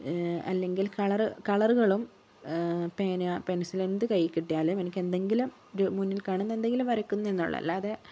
അല്ലെങ്കിൽ കളറ് കളറുകളും പേന പെൻസിൽ എന്ത് കയ്യിൽ കിട്ടിയാലും എനിക്കെന്തെങ്കിലും മുന്നിൽ കാണുന്ന എന്തെങ്കിലും വരയ്ക്കുന്നേ എന്നൊള്ളു അല്ലാതെ